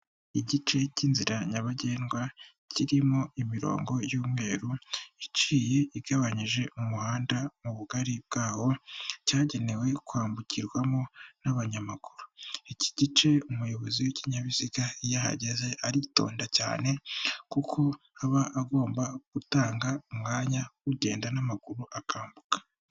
Igice cy'inzira nyabagendwa kirimo imirongo y'umweru iciye igabanyije umuhanda mu bugari bwawo cyagenewe kwambukirwamo n'abanyamaguru, iki gice umuyobozi w'ikinyabiziga iyo ahageze aritonda cyane kuko aba agomba gutanga umwanya ugenda n'amaguru akambuka.